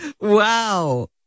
Wow